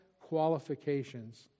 qualifications